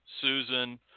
Susan